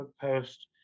post